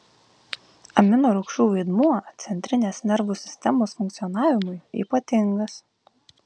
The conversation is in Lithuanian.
aminorūgščių vaidmuo centrinės nervų sistemos funkcionavimui ypatingas